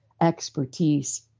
expertise